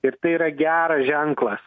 ir tai yra geras ženklas